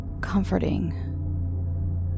comforting